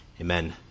Amen